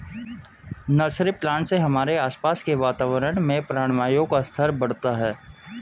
nursery plant से हमारे आसपास के वातावरण में प्राणवायु का स्तर बढ़ता है